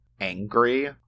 angry